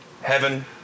heaven